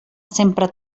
sempre